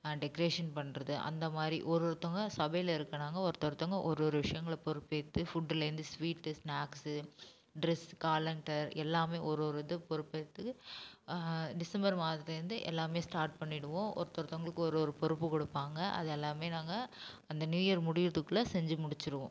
decoration பண்ணுறது அந்த மாதிரி ஒரு ஒருத்தவங்க சபையில் இருக்கறாங்க ஒருத்த ஒருத்தங்க ஒரு ஒரு விஷியங்களை பொறுப்பேத்து ஃபுட்டுலேர்ந்து ஸ்வீட்டு ஸ்நாக்ஸு ட்ரெஸ் காலண்டர் எல்லாமே ஒரு ஒரு இத பொறுப்பேற்று டிசம்பர் மாதத்துலேர்ந்து எல்லாமே ஸ்டார்ட் பண்ணிவிடுவோம் ஒருத்த ஒருத்தவங்களுக்கு ஒரு ஒரு பொறுப்புக் கொடுப்பாங்க அது எல்லாமே நாங்கள் அந்த நியூ இயர் முடியிறதுக்குள்ளே செஞ்சு முடிச்சிருவோம்